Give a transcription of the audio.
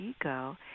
ego